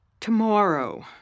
Tomorrow